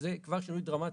שזה כבר שינוי דרמטי.